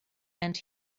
and